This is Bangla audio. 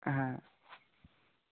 হ্যাঁ